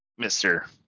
Mr